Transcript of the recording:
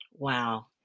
Wow